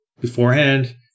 beforehand